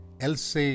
Else